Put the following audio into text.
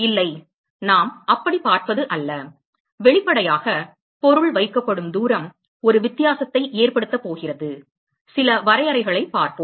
இல்லை நாம் அப்படிப் பார்ப்பது அல்ல வெளிப்படையாக பொருள் வைக்கப்படும் தூரம் ஒரு வித்தியாசத்தை ஏற்படுத்தப் போகிறது சில வரையறைகளைப் பார்ப்போம்